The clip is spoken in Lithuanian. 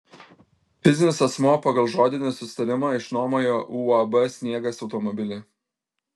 fizinis asmuo pagal žodinį susitarimą išnuomojo uab sniegas automobilį